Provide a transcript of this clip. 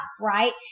right